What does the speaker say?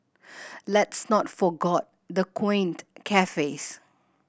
let's not forgot the quaint cafes